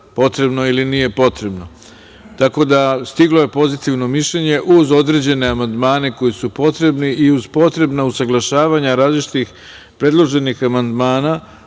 potrebno ili nije potrebno. Tako da, stiglo je pozitivno mišljenje uz određene amandmane koji su potrebni i uz potrebna usaglašavanja različitih predloženih amandmana